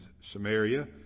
Samaria